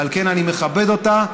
ועל כן אני מכבד אותה,